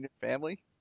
family